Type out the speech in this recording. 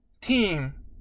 team